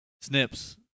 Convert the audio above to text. Snips